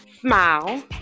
smile